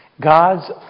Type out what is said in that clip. God's